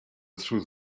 through